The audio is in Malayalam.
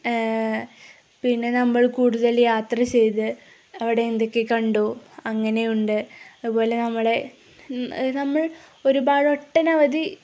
പിന്നെ നമ്മൾ കൂടുതൽ യാത്ര ചെയ്ത് അവിടെ എന്തൊക്കെ കണ്ടു അങ്ങനെയുണ്ട് അതുപോലെ നമ്മുടെ നമ്മൾ ഒരുപാട് ഒട്ടനവധി